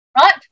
right